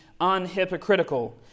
unhypocritical